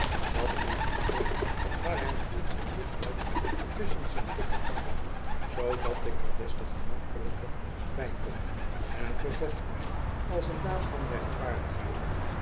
dat niet alleon maar hij hield zijn dik hoofd tusschen zijn dikke handen zoodat ik er des te gemakkelijker bij kon en verzocht mij als een daad van rechtvaardigheid